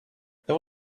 there